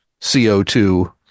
CO2